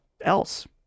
else